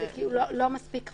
זה לא מספיק חודד.